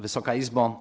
Wysoka Izbo!